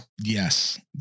yes